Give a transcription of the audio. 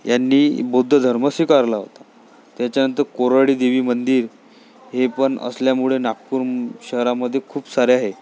यांनी बौद्ध धर्म स्वीकारला होता त्याच्यानंतर कोराडी देवी मंदिर हे पण असल्यामुळं नागपूर शहरामध्ये खूप सारे आहे